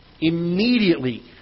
Immediately